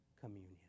communion